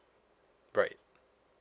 right